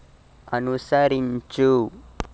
అనుసరించు